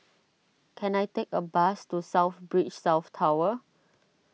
can I take a bus to South Beach South Tower